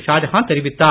ஷாஜகான் தெரிவித்தார்